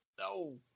No